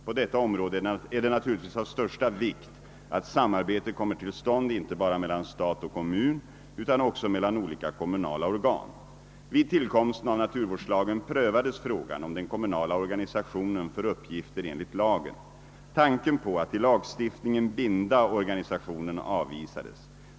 På detta område är det naturligtvis av största vikt att samarbete kommer till stånd inte bara mellan stat och kommun utan också mellan olika kommunala organ. Vid tillkomsten av naturvårdslagen prövades frågan om den kommunala organisationen för uppgifter enligt lagen. Tanken på att i lagstiftningen binda organisationen avvisades.